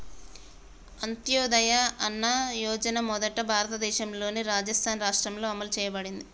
అంత్యోదయ అన్న యోజన మొదట భారతదేశంలోని రాజస్థాన్ రాష్ట్రంలో అమలు చేయబడింది